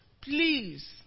please